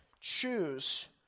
choose